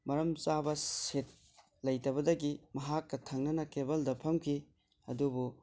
ꯃꯔꯝ ꯆꯥꯕ ꯁꯤꯠ ꯂꯩꯇꯕꯗꯒꯤ ꯃꯍꯥꯛꯀ ꯊꯪꯅꯅ ꯀꯦꯕꯜꯗ ꯐꯝꯈꯤ ꯑꯗꯨꯕꯨ